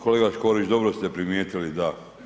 Kolega Škorić, dobro ste primijetili, da.